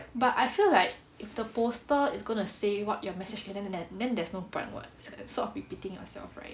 but I feel like if the poster is going to say what your message is then there's no point [what] it's sort of repeating yourself right